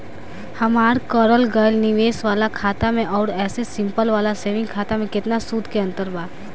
हमार करल गएल निवेश वाला खाता मे आउर ऐसे सिंपल वाला सेविंग खाता मे केतना सूद के अंतर बा?